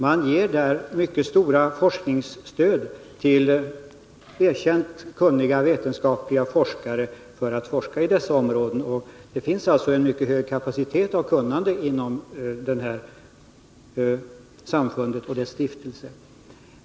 Man ger där mycket omfattande forskningsstöd till erkänt kunniga forskare för att de skall forska på dessa områden, och det finns alltså en mycket hög kapacitet av kunnande inom samfundet och dess stiftelse.